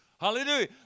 Hallelujah